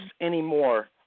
anymore